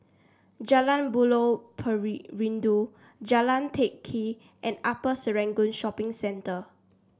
Jalan Buloh Jalan Teck Kee and Upper Serangoon Shopping Centre